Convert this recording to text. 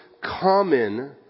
common